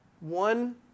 One